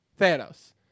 Thanos